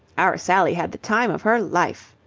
our sally had the time of her life.